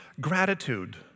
gratitude